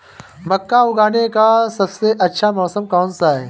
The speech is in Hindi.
मक्का उगाने का सबसे अच्छा मौसम कौनसा है?